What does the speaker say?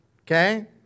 Okay